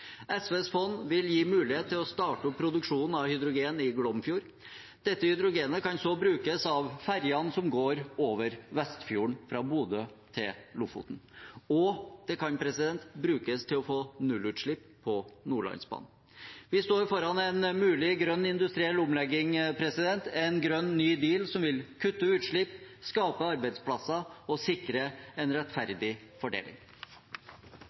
SVs fond vil gi muligheten til å starte opp produksjon av hydrogen i Glomfjord. Dette hydrogenet kan så brukes av ferjene som går over Vestfjorden fra Bodø til Lofoten, og det kan brukes til å få nullutslipp på Nordlandsbanen. Vi står foran en mulig grønn industriell omlegging, en grønn ny deal, som vil kutte utslipp, skape arbeidsplasser og sikre en rettferdig fordeling.